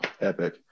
epic